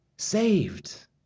Saved